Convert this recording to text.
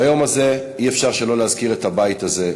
ביום הזה אי-אפשר שלא להזכיר את הבית הזה,